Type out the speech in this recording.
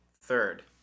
third